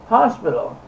hospital